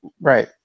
Right